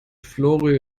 flori